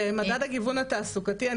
במדד הגיוון התעסוקתי,